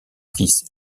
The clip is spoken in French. fils